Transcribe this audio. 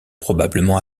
probablement